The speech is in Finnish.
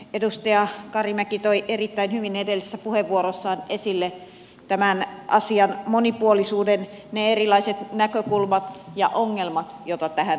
edustaja karimäki toi erittäin hyvin edellisessä puheenvuorossaan esille tämän asian monipuolisuuden ne erilaiset näkökulmat ja ongelmat joita tähän liittyy